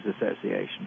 Association